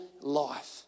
life